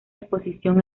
exposición